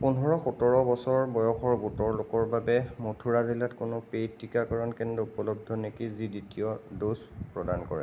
পোন্ধৰ সোতৰ বছৰ বয়সৰ গোটৰ লোকৰ বাবে মথুৰা জিলাত কোনো পেইড টীকাকৰণ কেন্দ্ৰ উপলব্ধ নেকি যি দ্বিতীয় ড'জ প্ৰদান কৰে